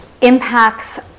impacts